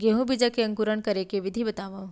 गेहूँ बीजा के अंकुरण करे के विधि बतावव?